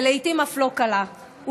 ולעיתים אף לא קלה,